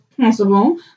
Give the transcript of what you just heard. possible